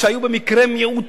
שהיו במקרה מיעוט,